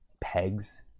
pegs